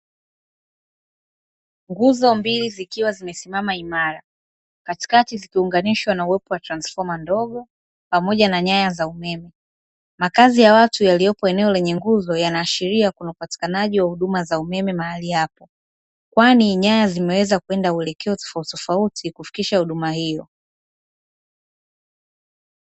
Nguzo mbili zikiwa zimesimama imara katikati zikiunganishwa na uwepo wa transfoma ndogo pamoja na nyaya za umeme makazi ya watu yaliyopo eneo lenye nguzo yanaashiria kunaupatikanaji wa huduma za umeme mahali hapo kwani nyaya zimeweza kwenda muelekeo tofautitofauti kufikisha huduma hiyo.